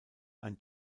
ein